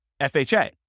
FHA